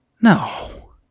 No